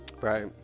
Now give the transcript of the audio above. Right